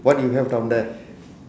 what you have down there